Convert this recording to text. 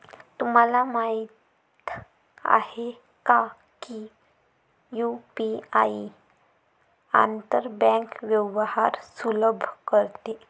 तुम्हाला माहित आहे का की यु.पी.आई आंतर बँक व्यवहार सुलभ करते?